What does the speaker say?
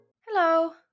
Hello